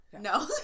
No